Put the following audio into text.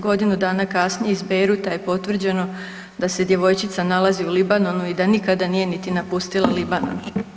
Godinu dana kasnije iz Bejruta je potvrđeno da se djevojčica nalazi u Libanonu i da nikada nije ni napustila Libanon.